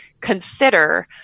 consider